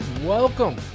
Welcome